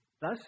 Thus